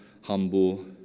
humble